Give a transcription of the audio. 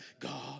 God